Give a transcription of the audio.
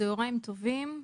צוהריים טובים לכולם.